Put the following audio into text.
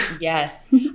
Yes